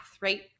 right